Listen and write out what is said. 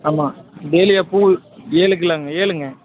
ஆமாம் டேலியா பூ ஏழு கிலோங்க ஏழுங்க